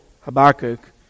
Habakkuk